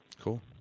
Cool